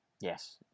Yes